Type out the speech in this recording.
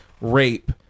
rape